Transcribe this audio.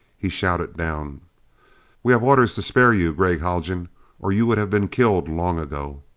he shouted down we have orders to spare you, gregg haljan or you would have been killed long ago!